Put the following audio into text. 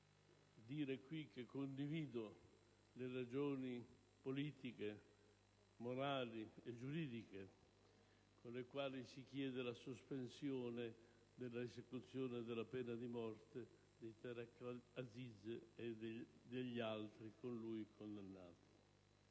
dire qui che condivido le ragioni politiche, morali e giuridiche con le quali si chiede la sospensione dell'esecuzione della pena di morte di Tareq Aziz e delle altre persone con lui condannate.